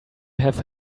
have